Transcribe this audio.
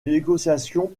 négociations